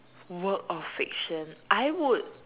work of fiction I would